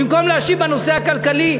במקום להשיב בנושא הכלכלי,